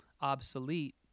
obsolete